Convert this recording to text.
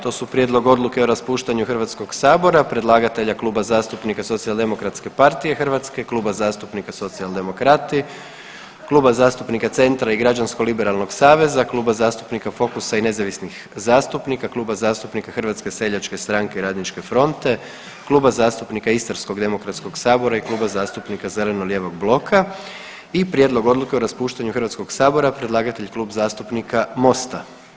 To su: - Prijedlog Odluke o raspuštanju Hrvatskoga sabora; predlagatelja: Kluba zastupnika Socijaldemokratske partije Hrvatske, Kluba zastupnika Socijaldemokrati, Kluba zastupnika Centra i Građansko-liberalnog saveza, Klub zastupnika Fokusa i nezavisnih zastupnika, Kluba zastupnika Hrvatske seljačke stranke i Radničke fronte, Kluba zastupnika Istarskog demokratskog sabora i Kluba zastupnika zeleno-lijevog bloka; i: - Prijedlog Odluke o raspuštanju Hrvatskoga sabora; predlagatelj Klub zastupnika Mosta.